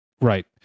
Right